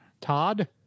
Todd